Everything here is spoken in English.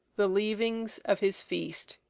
the leavings of his feast.